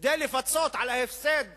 כדי לפצות על ההפסד